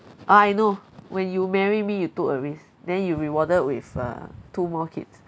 orh I know when you marry me you took a risk then you rewarded with uh two more kids